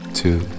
two